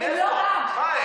מאיפה הם?